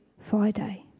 Friday